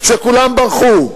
שכולם ברחו.